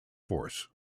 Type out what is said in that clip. force